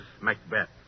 Macbeth